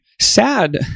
sad